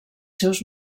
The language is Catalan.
seus